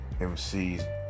MCs